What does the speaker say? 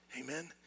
Amen